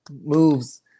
moves